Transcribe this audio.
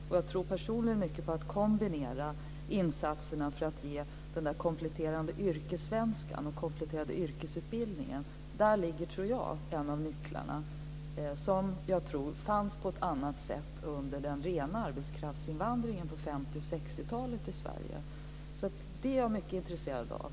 Och jag tror personligen mycket på att kombinera insatserna för att ge den där kompletterande yrkessvenskan och den kompletterande yrkesutbildningen. Där tror jag en av nycklarna ligger. Jag tror att detta fanns på ett annat sätt under den rena arbetskraftsinvandringen på 50 och 60-talen i Sverige. Det är jag mycket intresserad av.